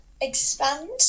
expand